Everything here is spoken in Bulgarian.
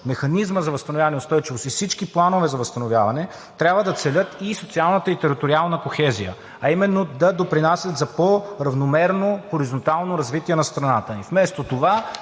„Механизмът за възстановяване и устойчивост и всички планове за възстановяване трябва да целят и социалната и териториална кохезия“, а именно да допринасят за по равномерно хоризонтално развитие на страната ни. Вместо това